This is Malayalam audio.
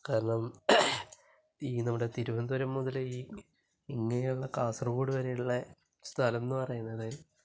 കാരണം ഈ നമ്മുടെ തിരുവനന്തപുരം മുതല് ഈ ഇങ്ങേ ഉള്ള കാസർഗോഡ് വരെയുള്ളേ സ്ഥലം എന്ന് പറയുന്നത്